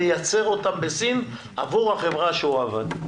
מייצר אותם בסין עבור החברה שהוא עבד.